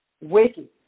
Wicked